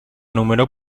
número